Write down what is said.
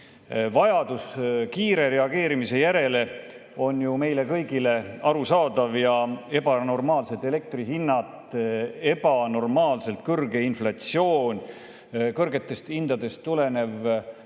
Vajadus kiire reageerimise järele on ju meile kõigile arusaadav. Ebanormaalsed elektrihinnad, ebanormaalselt kõrge inflatsioon, kõrgetest hindadest tulenev